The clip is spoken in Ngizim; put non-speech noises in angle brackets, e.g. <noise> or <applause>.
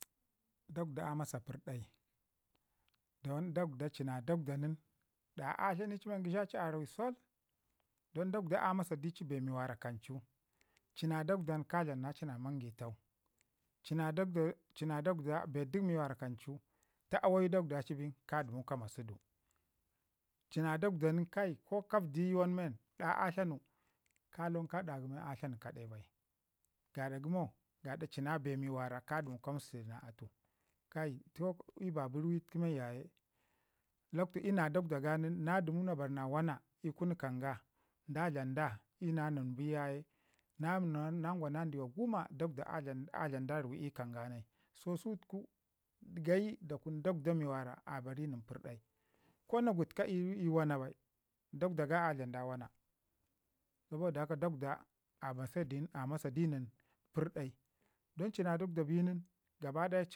Dakwda a masu pərdi don dakwda ii na dakwda nin ka tilayin gəsha ii arawisul. Don dakwda a masa di ci bee kan cu, don ci na dakwdan, ka dlam na ci na mangitau, li na dakwda li dakwda li na dakwdan bee gə mi wara kancu ta awayu dakwda ci bin ka dəmu ka masi du lina dakwdan ko gafji yuwan men kai ka lawangu ka da a tlani li kade bai. Gaɗa gəmo don gaɗa li na be ka dəmu ka misti du na atu. Kai toh ii ba ba ruwi tuku yaye lakwtu ii na dakwda ga nin na dəmu na barna wana ii leun kaamga da dlam da ina ni bi ya ye "na mi na gwana" adiwa guma dakwda a dlam du a dlam da ruwi a kaam ga nai. So sutuk yayi da kun dakwda da kan dakwda mi wara a ba ri nin pərdi ko na gutka ii wana bai dakwda a dlom da wana. Səbada haka dakwda a masa di nin a masa di nin pərdai. Don li na dakwda bi nin ga daya ci ka dlam na ci ci na awayu bai kullum ka rakan gashi nan <hesitation> ka rakan təka ci na awayu bai amman li na dakwdon tiye a dlaɓ manga ci gangam na marən manga ci, gamsək na ama a zəgi na ci, ndakun an ci na ri na ci, magərafcin ɗagai zəka ci bi yaye aramma <hesitation> suku tai, wane suku nin da ramma wane a ci bi. A toh ke ka du su duk wana dakwda ne. Pakwda a dawana nən i pəska kə maraiin, dakwda a dawa na nən i pəska mamau, dakwda a dawana nən kai ko da kaya maga zəba men təka ci na dakɗon ka sa bone bai. Amma ci na dakwda bi nin tanke ci rama ci ngum rama ba rama ci dina, seu tai na zəga ci, bai sen gu nən ɗatawan aiki na ci kawai kasutuku saboda haka dakwda a mase nin pərdai sosai.